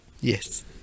Yes